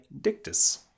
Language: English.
Dictus